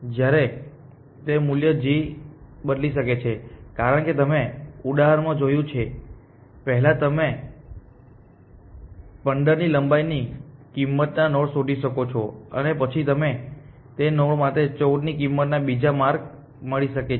જ્યારે તે મૂલ્ય g બદલી શકે છે કારણ કે તમે ઉદાહરણમાં જોયું છે પહેલા તમે પહેલા ૧૫ ની લંબાઈની કિંમતના નોડ શોધી શકો છો અને પછી તમને તે નોડ માટે ૧૪ ની કિંમતના બીજા માર્ગો મળી શકે છે